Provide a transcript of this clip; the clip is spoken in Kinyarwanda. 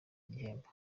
igihembo